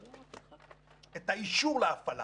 את האישור להפעלה